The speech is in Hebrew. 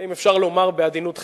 אם אפשר לומר בעדינות,